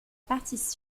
partie